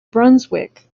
brunswick